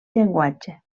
llenguatge